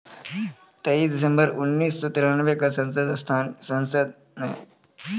तेइस दिसम्बर उन्नीस सौ तिरानवे क संसद सदस्य स्थानीय क्षेत्र विकास योजना कअ बनैलो गेलैय